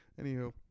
Anywho